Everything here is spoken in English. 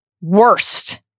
Worst